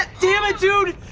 dammit, dude!